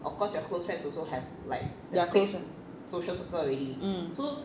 their close cir~ mm